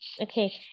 Okay